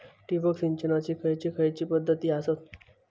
ठिबक सिंचनाचे खैयचे खैयचे पध्दती आसत?